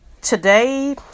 Today